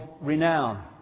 renown